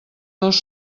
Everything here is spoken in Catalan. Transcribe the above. dos